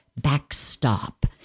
backstop